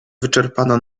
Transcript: wyczerpana